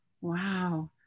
wow